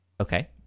Okay